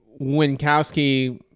Winkowski